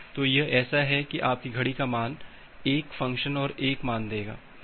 तो यह ऐसा है कि आपकी घड़ी का मान 1 फ़ंक्शन और 1 मान देगा